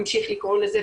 נמשיך לקרוא לזה,